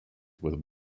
with